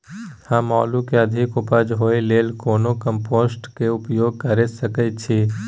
हम आलू के अधिक उपज होय लेल कोन कम्पोस्ट के उपयोग कैर सकेत छी?